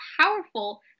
powerful